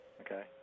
okay